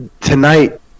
tonight